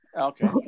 Okay